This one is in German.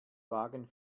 wagen